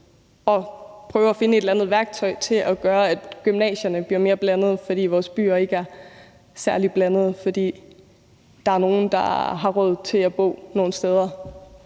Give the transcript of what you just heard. et eller andet værktøj til at gøre gymnasierne mere blandede. Vores byer ikke er særlig blandede, fordi der er nogen, der har råd til at bo nogle steder,